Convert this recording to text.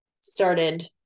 started